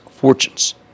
fortunes